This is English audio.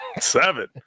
Seven